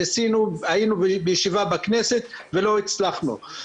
היינו בישיבה בכנסת ולא הצלחנו.